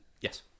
Yes